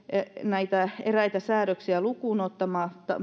näitä eräitä säädöksiä lukuun ottamatta